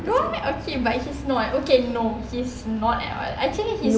what okay but he's not okay no he's not at all actually he's